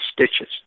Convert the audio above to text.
stitches